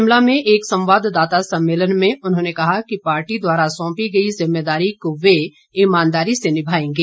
शिमला में एक संवाददाता सम्मेलन में उन्होंने कहा कि पार्टी द्वारा सौंपी गई जिम्मेदारी को वे ईमानदारी से निभाएंगे